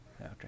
okay